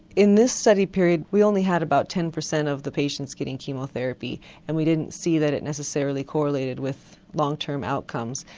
in this study period we only had about ten percent of the patients getting chemotherapy and we didn't see that it necessarily correlated with long term outcomes.